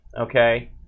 Okay